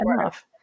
enough